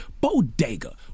Bodega